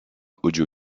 audio